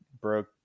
broke